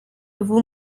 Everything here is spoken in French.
vous